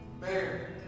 bear